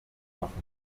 machen